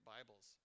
Bibles